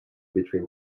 between